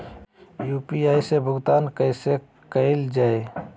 UPI से भुगतान कैसे कैल जहै?